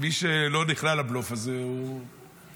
מי שלא נכנע לבלוף הזה הוא